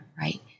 right